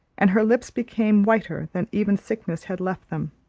and her lips became whiter than even sickness had left them.